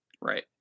Right